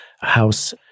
house